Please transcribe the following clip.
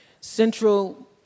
central